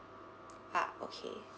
ah okay